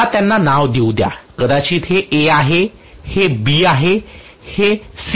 मला यांना नाव देऊ द्या कदाचित हे A आहे हे B आहे हे C आहे